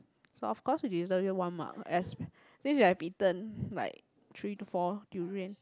so of course you deserve you one mark as this has bitten like three to four durian